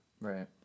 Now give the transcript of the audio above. Right